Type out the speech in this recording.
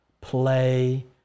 play